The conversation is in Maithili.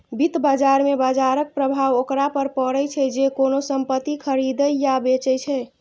वित्त बाजार मे बाजरक प्रभाव ओकरा पर पड़ै छै, जे कोनो संपत्ति खरीदै या बेचै छै